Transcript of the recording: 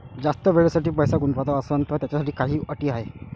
जास्त वेळेसाठी पैसा गुंतवाचा असनं त त्याच्यासाठी काही अटी हाय?